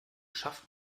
schafft